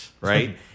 right